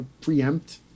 preempt